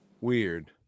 Weird